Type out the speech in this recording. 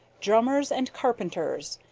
drummers and carpenters.